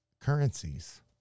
currencies